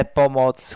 pomoc